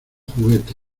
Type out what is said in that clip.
juguete